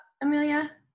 Amelia